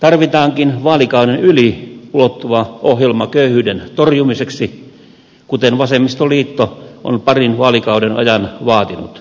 tarvitaankin vaalikauden yli ulottuva ohjelma köyhyyden torjumiseksi kuten vasemmistoliitto on parin vaalikauden ajan vaatinut